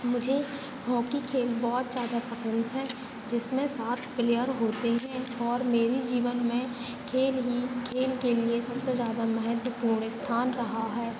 मुझे हॉकी खेल बहुत ज्यादा पसंद हैं जिसमें सात प्लेयर होते हैं और मेरे जीवन में खेल ही खेल के लिए सबसे ज्यादा महत्तवपूर्ण स्थान रहा है